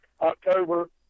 October